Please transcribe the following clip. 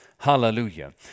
Hallelujah